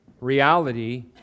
reality